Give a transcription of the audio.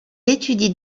étudie